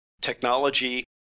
technology